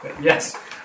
Yes